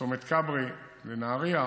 צומת כברי ונהריה,